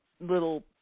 little